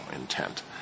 intent